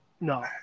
No